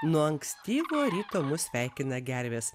nuo ankstyvo ryto mus sveikina gervės